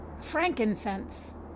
frankincense